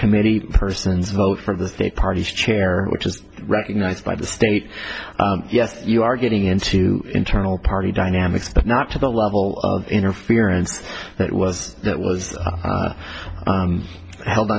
committee persons vote for the state party chair which is recognized by the state yes you are getting into internal party dynamics but not to the level of interference that was that was